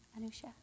Anusha